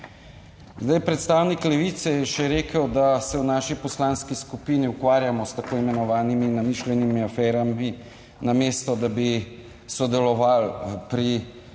Zdaj, predstavnik Levice je še rekel, da se v naši poslanski skupini ukvarjamo s tako imenovanimi namišljenimi aferami namesto, da bi sodelovali pri pokojninski